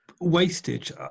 wastage